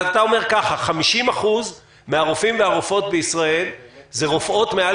אתה אומר ש-50% מן הרופאים והרופאות בישראל הם רופאות מעל